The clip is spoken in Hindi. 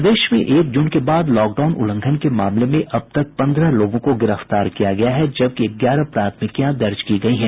प्रदेश में एक जून के बाद लॉकडाउन उल्लंघन के मामले में अब तक पन्द्रह लोगों को गिरफ्तार किया गया है जबकि ग्यारह प्राथमिकियां दर्ज की गयी हैं